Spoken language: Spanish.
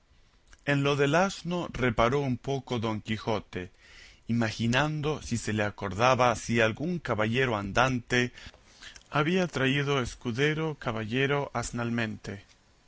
en lo del asno reparó un poco don quijote imaginando si se le acordaba si algún caballero andante había traído escudero caballero asnalmente